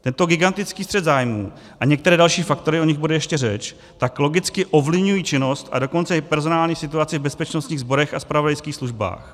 Tento gigantický střet zájmů a některé další faktory o nichž bude ještě řeč tak logicky ovlivňují činnost, a dokonce i personální situaci v bezpečnostních sborech a zpravodajských službách.